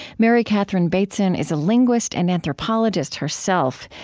mary catherine bateson is a linguist and anthropologist herself.